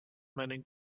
meinem